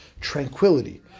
tranquility